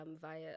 via